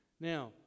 Now